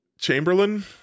chamberlain